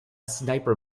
sniper